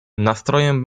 nastrojem